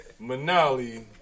Manali